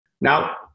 Now